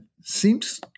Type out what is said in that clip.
seems